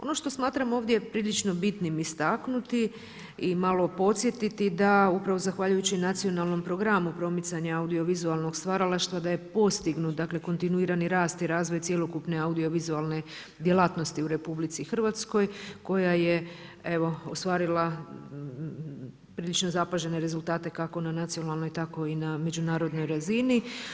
Ono što smatram ovdje prilično bitnim istaknuti i malo podsjetiti da upravo zahvaljujući Nacionalnom programu promicanja audiovizualnog stvaralaštva da je postignut kontinuirani rast i razvoj cjelokupne audiovizualne djelatnosti u RH koja je evo ostvarila prilično zapažene rezultate kako na nacionalnoj tako i na međunarodnoj razini.